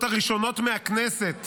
הראשונות מהכנסת